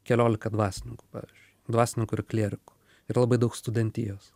keliolika dvasininkų pavyzdžiui dvasininkų ir klierikų ir labai daug studentijos